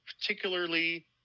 particularly